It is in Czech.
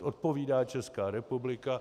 Odpovídá Česká republika.